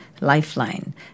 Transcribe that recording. lifeline